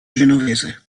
genovese